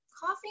coffee